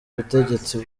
ubutegetsi